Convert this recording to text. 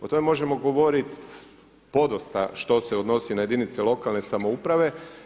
O tome možemo govoriti podosta što se odnosi na jedince lokalne samouprave.